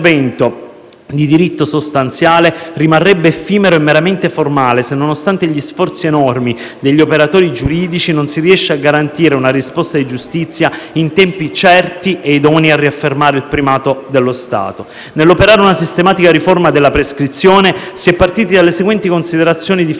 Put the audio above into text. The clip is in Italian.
di diritto sostanziale rimarrebbe effimero e meramente formale se, nonostante gli sforzi enormi degli operatori giuridici, non si riesce a garantire una risposta di giustizia in tempi certi e idonei a riaffermare il primato dello Stato. Nell'operare una sistematica riforma della prescrizione si è partiti dalle seguenti considerazioni di